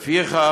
לפיכך,